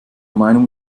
meinung